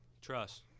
Trust